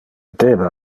debe